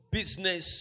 business